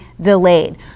delayed